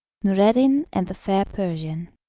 noureddin and the fair persian